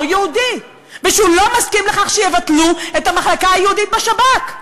יהודי והוא לא מסכים לכך שיבטלו את המחלקה היהודית בשב"כ?